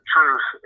Truth